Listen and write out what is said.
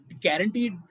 guaranteed